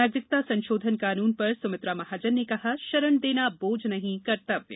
नागरिकता संशोधन कानून पर सुमित्रा महाजन ने कहा शरण देना बोझ नहीं कर्तव्य